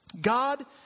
God